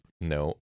no